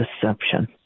deception